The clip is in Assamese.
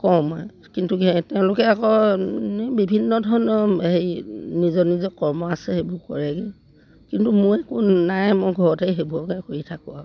কওঁ মই কিন্তু তেওঁলোকে আকৌ এই বিভিন্ন ধৰণৰ হেৰি নিজৰ নিজৰ কৰ্ম আছে সেইবোৰ কৰেগৈ কিন্তু মই একো নাই মই ঘৰতে সেইবোৰকে কৰি থাকোঁ আৰু